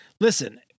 Listen